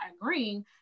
agreeing